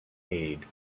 aid